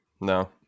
No